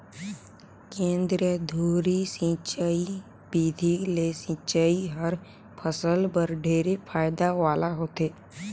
केंद्रीय धुरी सिंचई बिधि ले सिंचई हर फसल बर ढेरे फायदा वाला होथे